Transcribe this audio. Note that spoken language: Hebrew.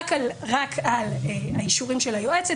רק על האישורים של היועצת,